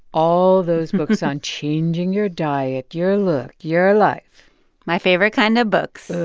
all those books on changing your diet, your look, your life my favorite kind of books.